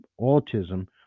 autism